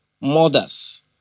mothers